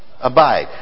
abide